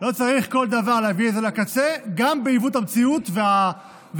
לא צריך כל דבר להביא לקצה גם בעיוות המציאות והעובדות.